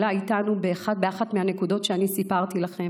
איתנו באחת מהנקודות שעליהן סיפרתי לכם.